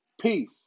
Peace